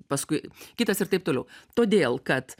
paskui kitas ir taip toliau todėl kad